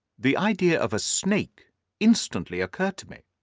the idea of a snake instantly occurred to me,